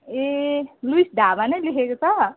ए Louis dhaba नै लेखेको छ